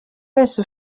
wese